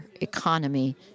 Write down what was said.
economy